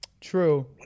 True